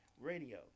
radio